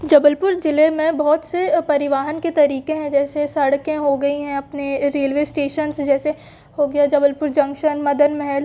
जबलपुर ज़िले में बहुत से परिवहन के तरीक़े हैं जैसे सड़कें हो गई हैं अपने रेलवे इस्टेशंस जैसे हो गया जबलपुर जंक्शन मदन महल